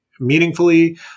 Meaningfully